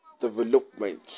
development